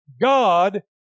God